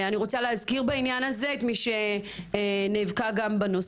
אני רוצה להזכיר בעניין הזה את מי שנאבקה בנושא,